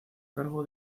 cargo